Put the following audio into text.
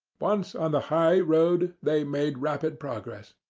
once on the high road they made rapid progress.